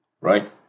Right